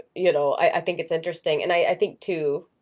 you know, i think it's interesting and i think too,